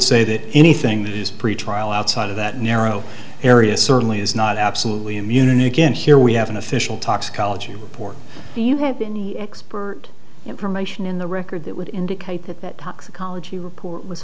say that anything that is pretrial outside of that narrow area certainly is not absolutely in munich in here we have an official toxicology report you have been an expert information in the record that would indicate that that toxicology report w